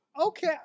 Okay